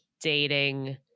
dating